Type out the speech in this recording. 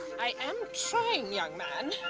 i am trying, young man.